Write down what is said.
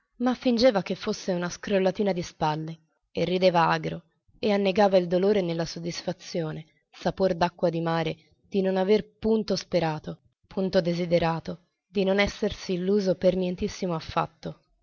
ma fingeva che fosse una scrollatina di spalle e rideva agro e annegava il dolore nella soddisfazione sapor d'acqua di mare di non aver punto sperato punto desiderato di non essersi illuso per nientissimo affatto